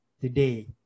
today